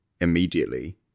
immediately